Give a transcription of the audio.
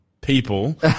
people